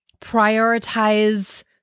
Prioritize